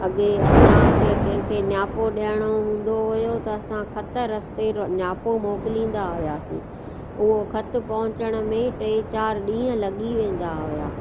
अॻे असांखे कंहिंखें नियापो ॾियणो हूंदो हुओ त असां ख़तु रस्ते नियापो मोकिलींदा हुआसीं उहो ख़तु पहुचण में टे चारि ॾींहं लॻी वेंदा हुआ